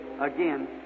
Again